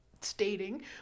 stating